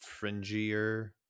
fringier